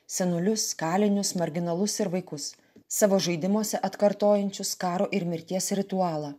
senolius kalinius marginalus ir vaikus savo žaidimuose atkartojančius karo ir mirties ritualą